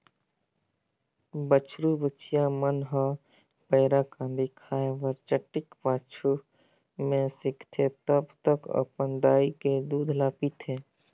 बछरु बछिया मन ह पैरा, कांदी खाए बर चटिक पाछू में सीखथे तब तक अपन दाई के दूद ल पीथे